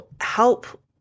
help